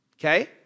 okay